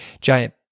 giant